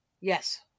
Yes